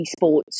eSports